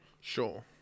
Sure